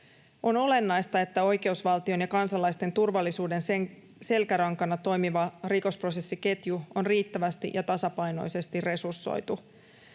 On olennaista, että oikeusvaltion ja kansalaisten turvallisuuden selkärankana toimiva rikosprosessiketju on riittävästi ja tasapainoisesti resursoitu.